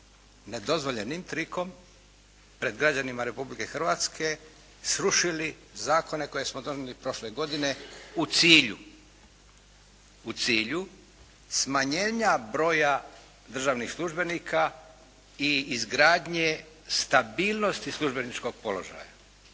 nedozvoljenim trikom pred građanima Republike Hrvatske srušili zakone koje smo donijeti prošle godine u cilju smanjenja broja državnih službenika i izgradnje stabilnosti službeničkog položaja.